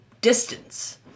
distance